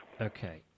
okay